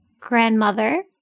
grandmother